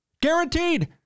Guaranteed